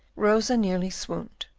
rosa nearly swooned,